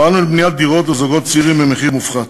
פעלנו לבניית דירות לזוגות צעירים במחיר מופחת,